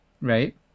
Right